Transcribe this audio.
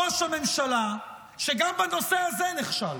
וראש הממשלה, גם בנושא הזה נכשל